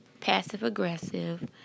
passive-aggressive